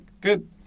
good